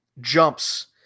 jumps